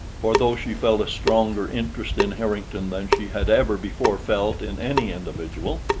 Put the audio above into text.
for though she felt a stronger interest in harrington than she had ever before felt in any individual,